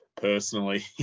personally